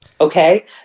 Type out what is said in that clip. Okay